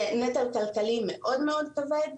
זה נטל כלכלי מאוד מאוד כבד.